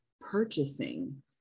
purchasing